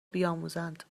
بیاموزند